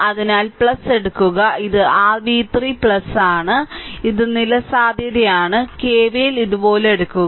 അതിനാൽ എടുക്കുക ഇത് r v3 ആണ് ഇത് നില സാധ്യതയാണ് KVL ഇതുപോലെ എടുക്കുക